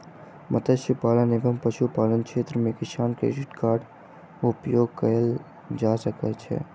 मत्स्य पालन एवं पशुपालन क्षेत्र मे किसान क्रेडिट कार्ड उपयोग कयल जा सकै छै